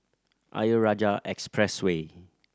Ayer Rajah Expressway